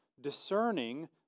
discerning